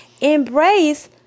embrace